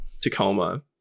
Tacoma